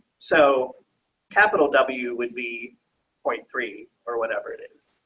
so capital w would be point three or whatever it is.